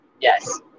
yes